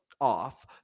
off